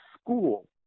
school